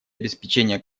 обеспечения